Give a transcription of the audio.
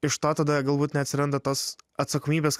iš to tada galbūt neatsiranda tos atsakomybės